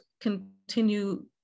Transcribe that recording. continue